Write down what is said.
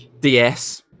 DS